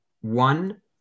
One